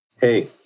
hey